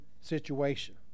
situation